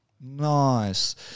nice